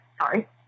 Sorry